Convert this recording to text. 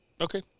Okay